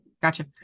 gotcha